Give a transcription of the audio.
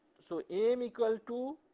so m equal to